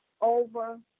over